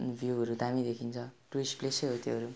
भ्यूहरू दामी देखिन्छ टुरिस्ट प्लेसै हो त्योहरू